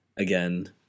Again